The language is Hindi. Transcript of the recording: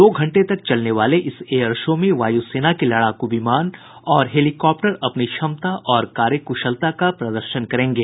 दो घंटे तक चलने वाले इस एयर शो में वायु सेना के लड़ाकू विमान और हेलिकॉप्टर अपनी क्षमता और कार्य कुशलता का प्रदर्शन करेंगे